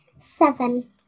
Seven